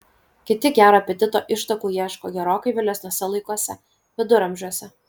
kiti gero apetito ištakų ieško gerokai vėlesniuose laikuose viduramžiuose